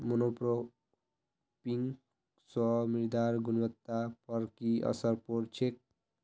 monocropping स मृदार गुणवत्ता पर की असर पोर छेक